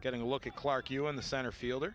getting a look at clark you in the center field